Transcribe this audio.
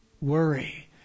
worry